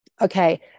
Okay